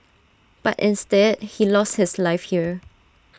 but instead he lost his life here